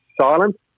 silent